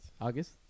august